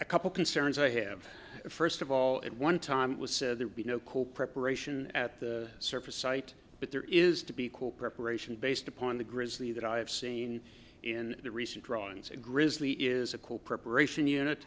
a couple concerns i have first of all at one time it was said there would be no coal preparation at the surface site but there is to be equal preparation based upon the grizzly that i have seen in the recent drawings a grizzly is a cool preparation unit